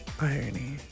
Irony